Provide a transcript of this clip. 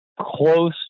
close